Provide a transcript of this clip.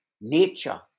nature